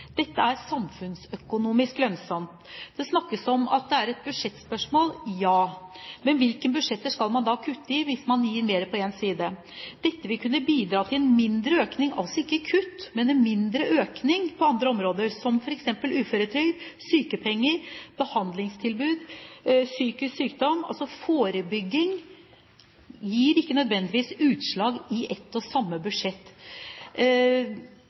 Dette er samfunnsøkonomisk lønnsomt. Det snakkes om at det er et budsjettspørsmål. Ja, men hvilke budsjetter skal man kutte i hvis man gir mer på en side? Tilgang på treningshjelpemidler vil kunne bidra til en mindre økning – altså ikke kutt, men en mindre økning – på andre områder, som f.eks. uføretrygd, sykepenger, behandlingstilbud, psykisk sykdom. Forebygging gir altså ikke nødvendigvis utslag i ett og samme